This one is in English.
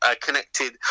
connected